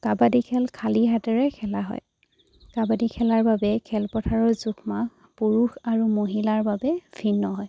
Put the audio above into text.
কাবাডী খেল খালী হাতেৰে খেলা হয় কাবাডী খেলাৰ বাবে খেলপথাৰৰ জোখ মাখ পুৰুষ আৰু মহিলাৰ বাবে ভিন্ন হয়